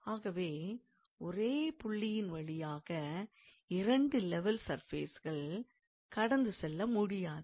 ஆகவே ஒரே புள்ளியின் வழியாக இரண்டு லெவல் சர்ஃபேஸ்கள் கடந்து செல்ல முடியாது